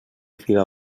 fila